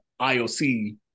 IOC